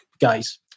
guys